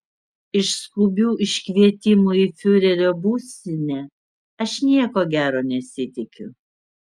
iš skubių iškvietimų į fiurerio būstinę aš nieko gero nesitikiu